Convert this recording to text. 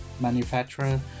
manufacturer